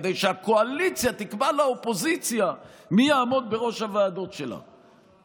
כדי שהקואליציה תקבע לאופוזיציה מי יעמוד בראש הוועדות שלה.